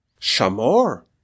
Shamor